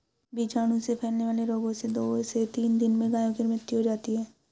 बीजाणु से फैलने वाले रोगों से दो से तीन दिन में गायों की मृत्यु हो जाती है